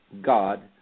God